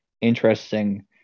interesting